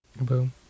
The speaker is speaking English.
Boom